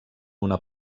una